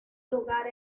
lugar